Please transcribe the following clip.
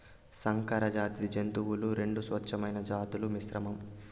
సంకరజాతి జంతువులు రెండు స్వచ్ఛమైన జాతుల మిశ్రమం